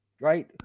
right